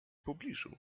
pobliżu